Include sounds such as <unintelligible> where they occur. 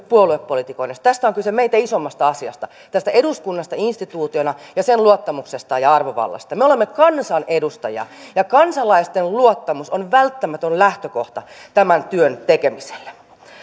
<unintelligible> puoluepolitikoinnista tässä on kyse meitä isommasta asiasta tästä eduskunnasta instituutiona ja sen luottamuksesta ja arvovallasta me olemme kansan edustajia ja kansalaisten luottamus on välttämätön lähtökohta tämän työn tekemiselle